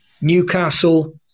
Newcastle